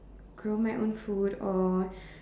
grow my own food or